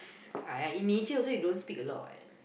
ah in nature you also don't speak a lot what